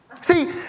See